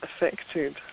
affected